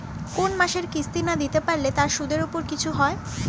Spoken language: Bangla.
কোন মাসের কিস্তি না দিতে পারলে তার সুদের উপর কিছু হয়?